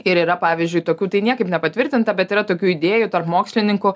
ir yra pavyzdžiui tokių tai niekaip nepatvirtinta bet yra tokių idėjų tarp mokslininkų